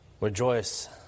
Rejoice